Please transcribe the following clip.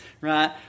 right